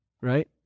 right